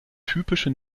typische